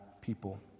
people